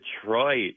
Detroit